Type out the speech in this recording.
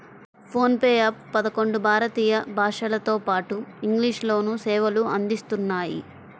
phone pay app పదకొండు భారతీయ భాషలతోపాటు ఇంగ్లీష్ లోనూ సేవలు అందిస్తున్నాయి